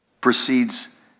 proceeds